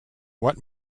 what